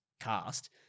cast